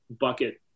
bucket